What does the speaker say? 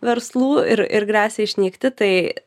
verslų ir ir gresia išnykti tai